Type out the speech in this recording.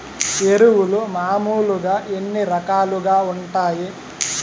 ఎరువులు మామూలుగా ఎన్ని రకాలుగా వుంటాయి?